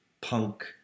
punk